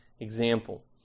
example